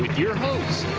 your host,